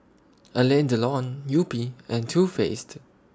Alain Delon Yupi and Too Faced